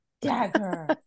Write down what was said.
Dagger